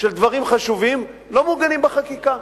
לדברים חשובים שלא מעוגנים בחקיקה: